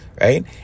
right